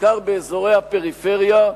בעיקר באזורי הפריפריה,